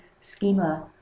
schema